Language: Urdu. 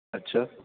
اچھا